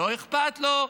לא אכפת לו.